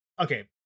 okay